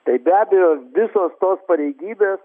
tai be abejo visos tos pareigybės